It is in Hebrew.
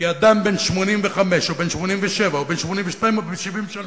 כי אדם בן 85 או 87 או בן 82 או 73,